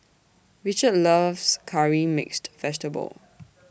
Richard loves Curry Mixed Vegetable